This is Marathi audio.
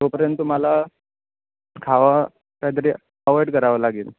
तोपर्यंत तुम्हाला खावा काय तरी अवॉइड करावं लागेल